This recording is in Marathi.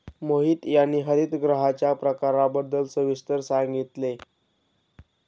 मोहित यांनी हरितगृहांच्या प्रकारांबद्दल सविस्तर सांगितले